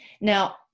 Now